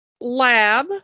lab